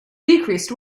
decreased